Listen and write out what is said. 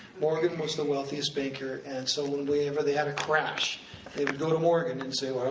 morgan was the wealthiest banker, and so whenever they had a crash they would go to morgan, and say,